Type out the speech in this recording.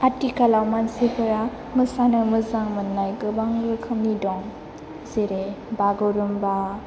आथिखालाव मानसिफोरा मोसानो मोजां मोननाय गोबां रोखोमनि दं जेरै बागुरुमबा